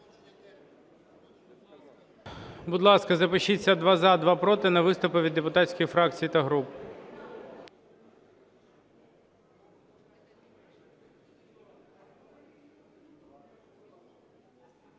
Будь ласка, запишіться: два – за, два – проти, на виступи від депутатських фракцій та груп.